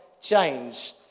change